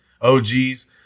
OGs